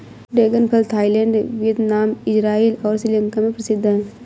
dragon फल Thailand, Vietnam, Israel और श्रीलंका में प्रसिद्ध है